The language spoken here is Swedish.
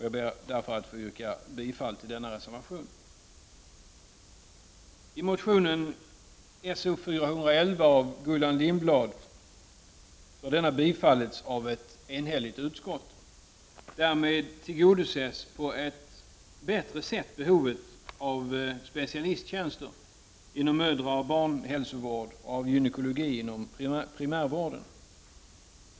Jag ber att få yrka bifall till denna reservation.